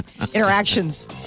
interactions